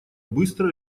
быстро